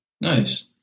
nice